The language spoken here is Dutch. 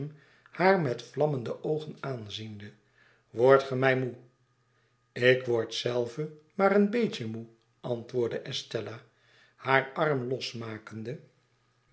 haar met vlammende oogen aanziende wordt ge mij moe ik word zelve maar een beetje moe antwoordde estella haar arm losmakende